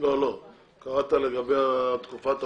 לגבי תקופת המינוי.